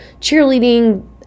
cheerleading